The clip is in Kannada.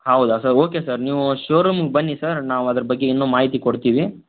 ಹೌದಾ ಸರ್ ಓಕೆ ಸರ್ ನೀವು ಶೋರೂಮಿಗೆ ಬನ್ನಿ ಸರ್ ನಾವು ಅದ್ರ ಬಗ್ಗೆ ಇನ್ನೂ ಮಾಹಿತಿ ಕೊಡ್ತೀವಿ